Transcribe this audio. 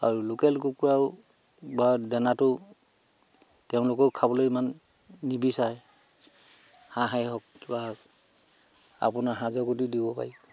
আৰু লোকেল কুকুৰাও বা দানাটোও তেওঁলোকেও খাবলৈ ইমান নিবিচাৰে হাঁহেই হওক কিবা হওক আপোনাৰ সাঁজৰ গুটিও দিব পাৰি